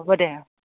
হ'ব দে অঁ